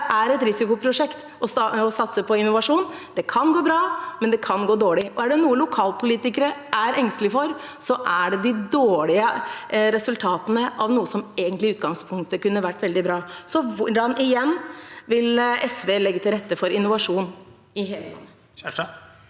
Det er et risikoprosjekt å satse på innovasjon. Det kan gå bra, men det kan gå dårlig, og er det noe lokalpolitikere er engstelige for, er det de dårlige resultatene av noe som i utgangspunktet kunne vært veldig bra. Så hvordan – igjen – vil SV legge til rette for innovasjon i hele landet?